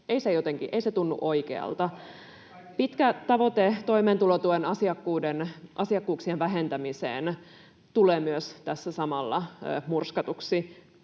tunnu oikealta. Pitkä tavoite toimeentulotuen asiakkuuksien vähentämiseen tulee myös tässä samalla murskatuksi.